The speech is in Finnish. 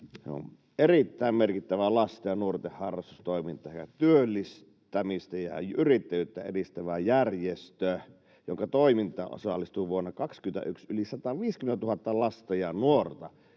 erittäin merkittävää lasten ja nuorten harrastustoimintaa sekä työllistämistä ja yrittäjyyttä edistävä järjestö, jonka toimintaan osallistui vuonna 21 yli 150 000 lasta ja nuorta.